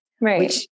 Right